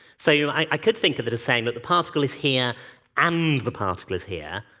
so you know i could think of it as saying that the particle is here and the particle is here.